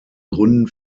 gründen